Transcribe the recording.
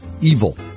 evil